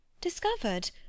Discovered